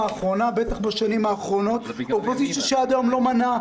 האחרונה ובטח בשנים האחרונות אופוזיציה שעד היום לא מנעה